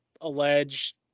alleged